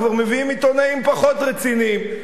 כבר מביאים עיתונאים פחות רציניים,